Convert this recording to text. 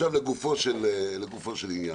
עכשיו לגופו של עניין.